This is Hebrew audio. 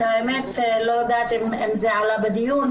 לא יודעת אם זה עלה בדיון,